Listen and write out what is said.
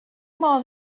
modd